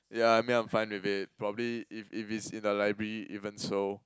yeah I mean I'm fine with it probably if if it's in the library even so